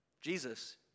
Jesus